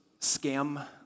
scam